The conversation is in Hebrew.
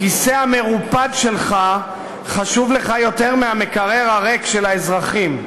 הכיסא המרופד שלך חשוב לך יותר מהמקרר הריק של האזרחים.